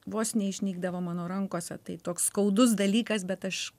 vos neišnykdavo mano rankose tai toks skaudus dalykas bet aš